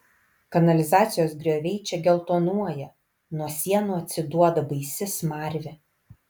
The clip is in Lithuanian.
kanalizacijos grioviai čia geltonuoja nuo sienų atsiduoda baisi smarvė